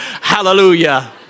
hallelujah